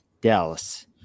dallas